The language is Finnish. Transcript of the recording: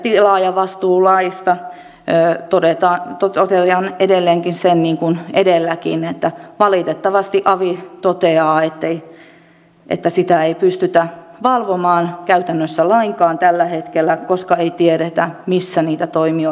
tilaajavastuulaista totean edelleenkin sen niin kuin edelläkin että valitettavasti avi toteaa että sitä ei pystytä valvomaan käytännössä lainkaan tällä hetkellä koska ei tiedetä missä niitä toimijoita on